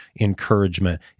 encouragement